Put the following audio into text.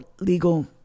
legal